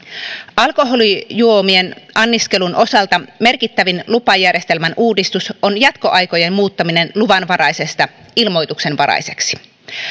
alkoholijuomien anniskelun osalta merkittävin lupajärjestelmän uudistus on jatkoaikojen muuttaminen luvanvaraisesta ilmoituksenvaraiseksi